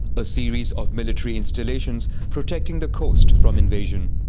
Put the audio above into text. a series of military installations protecting the coast from invasion.